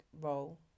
role